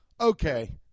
okay